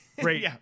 Great